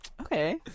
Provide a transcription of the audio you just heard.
Okay